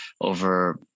over